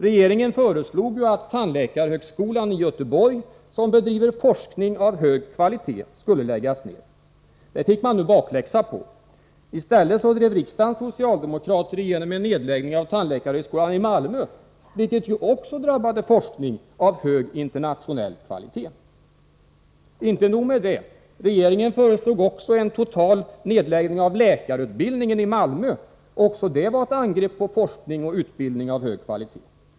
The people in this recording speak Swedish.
Regeringen föreslog ju att tandläkarhögskolan i Göteborg, som bedriver forskning av hög kvalitet, skulle läggas ned. Det fick man nu bakläxa på. I stället drev riksdagens socialdemokrater igenom en nedläggning av tandläkarhögskolan i Malmö, vilket ju också drabbade forskning av hög internationell kvalitet. Inte nog med detta. Regeringen föreslog också en total nedläggning av läkarutbildningen i Malmö. Också det var ett angrepp på forskning och utbildning av hög kvalitet.